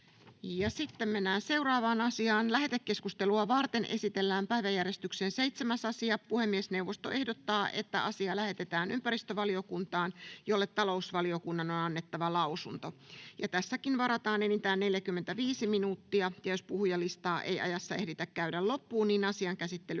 Time: N/A Content: Lähetekeskustelua varten esitellään päiväjärjestyksen 7. asia. Puhemiesneuvosto ehdottaa, että asia lähetetään ympäristövaliokuntaan, jolle talousvaliokunnan on annettava lausunto. Tässäkin varataan keskusteluun enintään 45 minuuttia. Jos puhujalistaa ei tässä ajassa ehditä käydä loppuun, asian käsittely